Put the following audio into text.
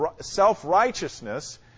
self-righteousness